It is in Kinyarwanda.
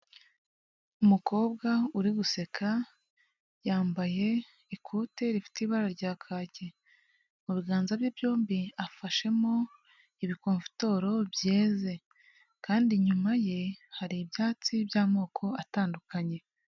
Umukobwa uri guseka, yambaye ikote rifite ibara rya kake. Mu biganza bye byombi afashemo ibikomfutoro byeze kandi inyuma ye hari ibyatsi by'amoko atandukanye.